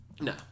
no